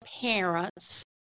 parents